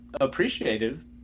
appreciative